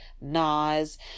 Nas